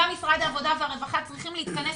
גם משרד העבודה והרווחה צריכים להתכנס